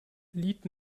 lied